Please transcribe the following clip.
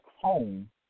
home